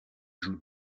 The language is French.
joue